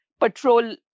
Patrol